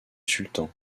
sultan